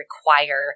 require